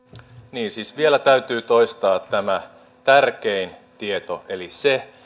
niin siis vielä täytyy toistaa tämä tärkein tieto eli se